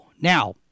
Now